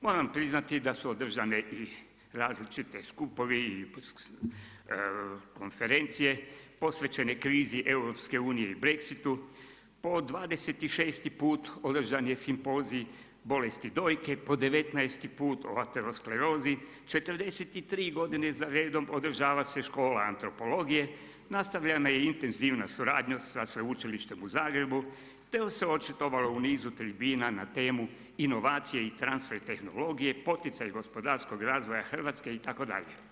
Moram priznati da su održane i različiti skupovi i konferencije posvećene krizi EU i Brexitu, po 26. put održan je Simpozij bolesti dojke, po 19. o laterosklerozi, 43 godine za redom održava se Škola antropologije, nastavljena je intenzivna suradnja sa Sveučilištem u Zagrebu te se očitovala u nizu tribina na temu inovacije i transfer tehnologije, poticaj gospodarskog razvoja Hrvatske itd.